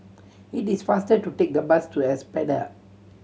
it is faster to take the bus to Espada